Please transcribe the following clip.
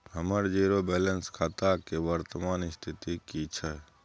हमर zero balance खाता के वर्तमान स्थिति की छै?